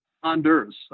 honduras